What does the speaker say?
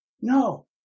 No